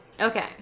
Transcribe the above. Okay